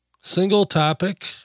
single-topic